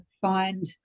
find